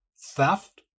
theft